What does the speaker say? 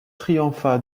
triompha